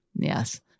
Yes